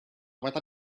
with